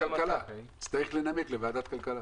יצטרך לנמק לוועדת הכלכלה.